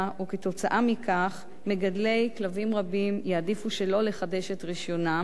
וכתוצאה מכך מגדלי כלבים רבים יעדיפו שלא לחדש את רשיונם,